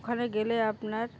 ওখানে গেলে আপনার